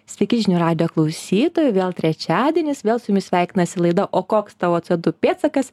sveiki žinių radijo klausytojai vėl trečiadienis vėl su jumis sveikinasi laida o koks tavo co du pėdsakas